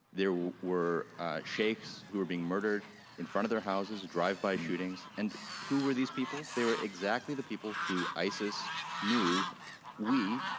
there were sheiks who were being murdered in front of their houses, drive by shootings, and who were these people? they were exactly the people who isis knew we,